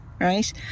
right